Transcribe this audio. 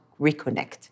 reconnect